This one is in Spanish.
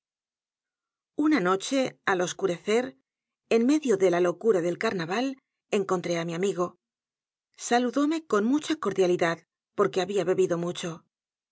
una noche al oscurecer en medio de la locura del carnaval encontré á mi amigo saludóme con mucha cordialidad porque había bebido mucho